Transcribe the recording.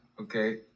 Okay